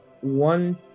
one